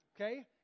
Okay